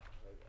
חייב לחתום.